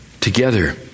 together